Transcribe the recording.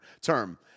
term